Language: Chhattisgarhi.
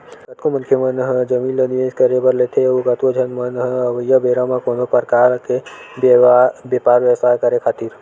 कतको मनखे मन ह जमीन ल निवेस करे बर लेथे अउ कतको झन मन ह अवइया बेरा म कोनो परकार के बेपार बेवसाय करे खातिर